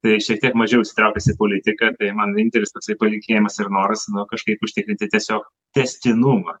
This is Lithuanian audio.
tai šiek tiek mažiau įsitraukęs į politiką man vienintelis toksai palinkėjimas ir nors kažkaip užtikrinti tiesiog tęstinumą